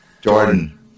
Jordan